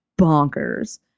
bonkers